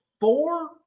four